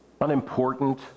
unimportant